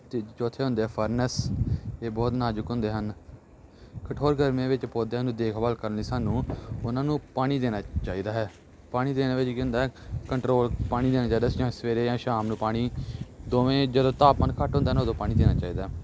ਅਤੇ ਚੌਥੇ ਹੁੰਦੇ ਆ ਫਰਨਸ ਇਹ ਬਹੁਤ ਨਾਜ਼ੁਕ ਹੁੰਦੇ ਹਨ ਕਠੋਰ ਗਰਮੀਆਂ ਵਿੱਚ ਪੌਦਿਆਂ ਨੂੰ ਦੇਖਭਾਲ ਕਰਨ ਲਈ ਸਾਨੂੰ ਉਹਨਾਂ ਨੂੰ ਪਾਣੀ ਦੇਣਾ ਚਾਹੀਦਾ ਹੈ ਪਾਣੀ ਦੇਣ ਵਿੱਚ ਕੀ ਹੁੰਦਾ ਕੰਟਰੋਲ ਪਾਣੀ ਦੇਣਾ ਚਾਹੀਦਾ ਜਿਵੇਂ ਸਵੇਰੇ ਜਾਂ ਸ਼ਾਮ ਨੂੰ ਪਾਣੀ ਦੋਵੇਂ ਜਦੋਂ ਤਾਪਮਾਨ ਘੱਟ ਹੁੰਦਾ ਨਾ ਉਦੋਂ ਪਾਣੀ ਘੱਟ ਦੇਣਾ ਚਾਹੀਦਾ